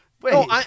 Wait